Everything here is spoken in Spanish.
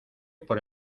por